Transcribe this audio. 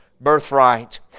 birthright